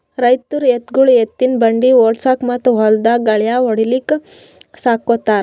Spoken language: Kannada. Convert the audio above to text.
ರೈತರ್ ಎತ್ತ್ಗೊಳು ಎತ್ತಿನ್ ಬಂಡಿ ಓಡ್ಸುಕಾ ಮತ್ತ್ ಹೊಲ್ದಾಗ್ ಗಳ್ಯಾ ಹೊಡ್ಲಿಕ್ ಸಾಕೋತಾರ್